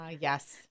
Yes